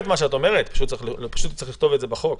פשוט צריך לכתוב את זה בחוק.